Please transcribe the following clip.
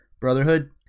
Brotherhood